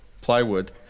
plywood